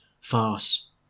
farce